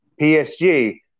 PSG